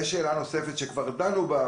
יש שאלה נוספת שכבר דנו בה,